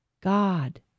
God